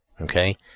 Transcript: Okay